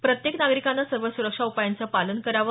प्रत्येक नागरिकाने सर्व सुरक्षा उपायांचं पालन करावं